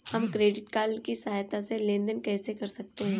हम credit card की सहायता से लेन देन कैसे कर सकते हैं?